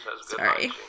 Sorry